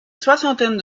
soixantaine